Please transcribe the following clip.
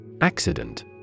Accident